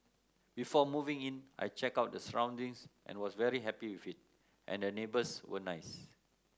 before moving in I checked out the surroundings and was very happy with it and the neighbours were nice